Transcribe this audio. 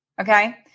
okay